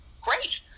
great